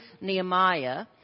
Nehemiah